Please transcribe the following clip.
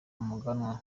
muganwa